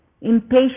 impatient